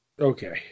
Okay